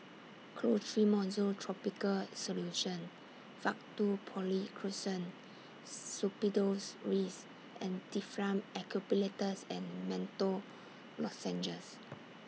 Clotrimozole Topical Solution Faktu Policresulen Suppositories and Difflam Eucalyptus and Menthol Lozenges